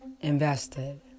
invested